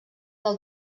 del